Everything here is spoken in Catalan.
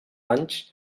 anys